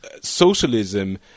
socialism